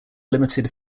limited